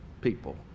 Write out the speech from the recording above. people